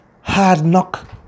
hard-knock